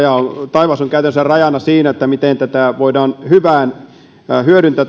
taivas on käytännössä rajana siinä miten tätä paikkatietoa voidaan hyvään hyödyntää